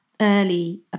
early